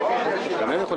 16:30.